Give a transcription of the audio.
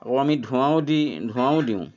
আৰু আমি ধোঁৱাও দি ধোঁৱাও দিওঁ